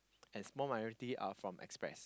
and small minority are from express